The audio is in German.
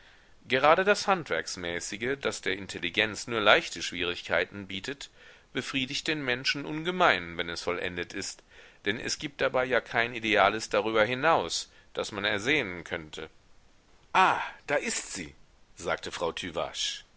gerade das handwerksmäßige das der intelligenz nur leichte schwierigkeiten bietet befriedigt den menschen ungemein wenn es vollendet ist denn es gibt dabei ja kein ideales darüberhinaus das man ersehnen könnte ah da ist sie sagte frau